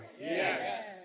Yes